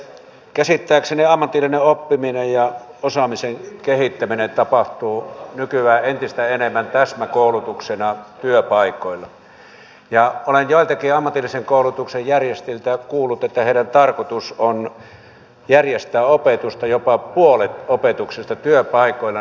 käsittääkseni ammatillinen oppiminen ja osaamisen kehittäminen tapahtuvat nykyään entistä enemmän täsmäkoulutuksena työpaikoilla ja olen joiltakin ammatillisen koulutuksen järjestäjiltä kuullut että heidän tarkoituksensa on järjestää opetusta jopa puolet opetuksesta työpaikoilla